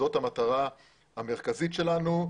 זאת המטרה המרכזית שלנו.